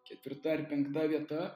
ketvirta ar penkta vieta